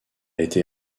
été